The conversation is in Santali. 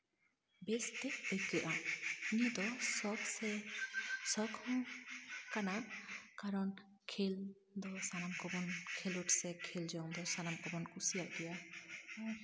ᱵᱮᱥᱛᱮ ᱟᱹᱭᱠᱟᱹᱜᱼᱟ ᱱᱤᱛᱚᱜ ᱥᱚᱠ ᱥᱮ ᱥᱚᱠ ᱦᱚᱸ ᱠᱟᱱᱟ ᱠᱟᱨᱚᱱ ᱠᱷᱮᱞ ᱫᱚ ᱥᱟᱱᱟᱢ ᱠᱚᱵᱚᱱ ᱠᱷᱮᱞᱳᱰ ᱥᱮ ᱠᱷᱮᱞ ᱡᱚᱝ ᱫᱚ ᱥᱟᱱᱟᱢ ᱠᱚᱵᱚᱱ ᱠᱩᱥᱤᱭᱟᱜ ᱜᱮᱭᱟ